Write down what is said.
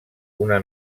una